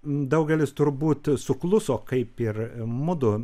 daugelis turbūt sukluso kaip ir mudu